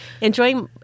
Enjoy